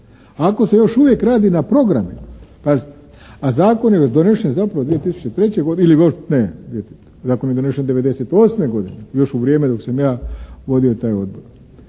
Ako se još uvijek radi na programima, pazite a zakon je već donesen 2003. godine, ne zakon je donesen '98. godine još u vrijeme dok sam ja vodio taj odbor.